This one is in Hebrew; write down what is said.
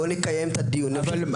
בואו נקיים את הדיון --- אבל,